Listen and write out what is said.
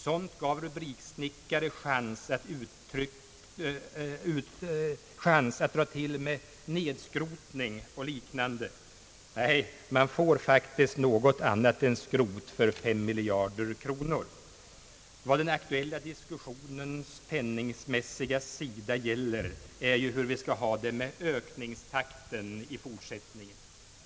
Sådant gav rubriksnickare chans att dra till med »nedskrotning» och liknande. Nej, man får faktiskt något annat än skrot för fem miljarder kronor. Vad den aktuella diskussionens penningmässiga sida gäller är ju hur vi skall ha dei med ökningstakten i fortsättningen.